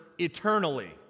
eternally